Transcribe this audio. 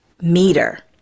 meter